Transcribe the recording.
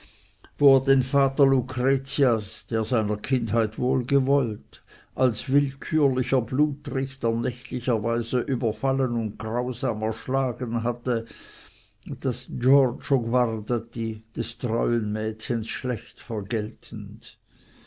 er den vater lucretias der seiner kindheit wohlgewollt als willkürlicher blutrichter nächtlicherweise überfallen und grausam erschlagen hatte das giorgio guardati des treuen mädchens schlecht